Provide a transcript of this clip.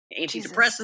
antidepressants